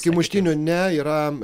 iki muštinių ne yra